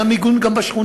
אין לה מיגון גם בשכונה,